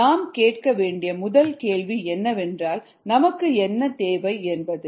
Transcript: நாம் கேட்க வேண்டிய முதல் கேள்வி என்னவென்றால் நமக்கு என்ன தேவை என்பது